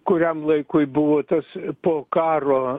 kuriam laikui buvo tas po karo